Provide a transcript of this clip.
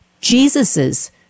Jesus's